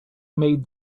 made